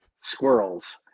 squirrels